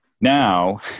Now